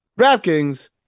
DraftKings